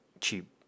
cheap